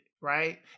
right